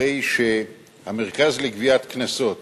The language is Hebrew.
הרי שהמרכז לגביית קנסות